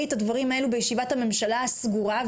את הדברים האלו בישיבת הממשלה הסגורה,